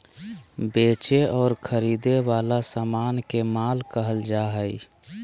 बेचे और खरीदे वला समान के माल कहल जा हइ